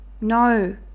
No